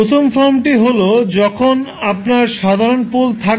প্রথম ফর্মটি হল যখন সাধারণ পোল থাকে